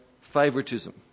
favoritism